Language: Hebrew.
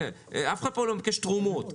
אף אחד פה לא מבקש תרומות.